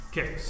Okay